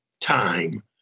time